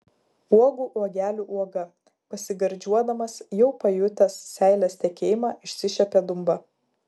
uogų uogelių uoga pasigardžiuodamas jau pajutęs seilės tekėjimą išsišiepė dumba